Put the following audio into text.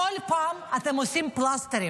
בכל פעם אתם עושים פלסטרים,